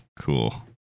cool